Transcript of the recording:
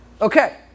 Okay